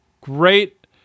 great